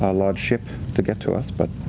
ah large ship to get to us, but.